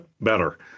better